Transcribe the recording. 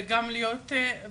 וגם להיות,